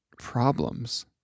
problems